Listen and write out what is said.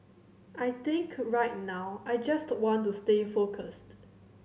I think right now I just want to stay focused